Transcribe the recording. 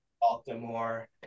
Baltimore